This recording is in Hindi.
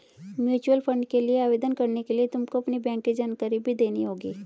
म्यूचूअल फंड के लिए आवेदन करने के लिए तुमको अपनी बैंक की जानकारी भी देनी होगी